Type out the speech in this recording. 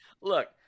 Look